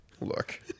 look